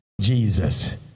Jesus